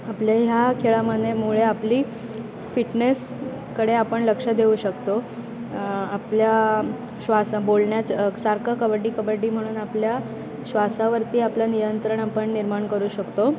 आपल्या ह्या खेळामध्ये मुळे आपली फिटनेसकडे आपण लक्ष देऊ शकतो आपल्या श्वासा बोलण्याच सारखं कबड्डी कबड्डी म्हणून आपल्या श्वासावरती आपलं नियंत्रण आपण निर्माण करू शकतो